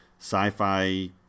sci-fi